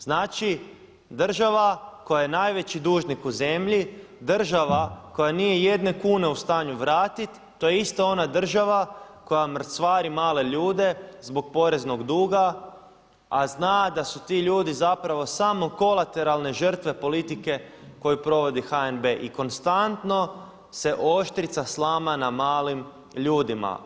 Znači, država koja je najveći dužnik u zemlji, država koja nije jedne kune u stanju vratiti to je ista ona država koja mrcvari male ljude zbog poreznog duga, a zna da su ti ljudi zapravo samo kolateralne žrtve politike koju provodi HNB i konstantno se oštrica slama na malim ljudima.